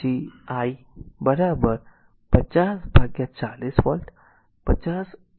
તેથી એક i પછી 50 બાય 40 વોલ્ટ 50 વોલ્ટ એક સ્રોત છે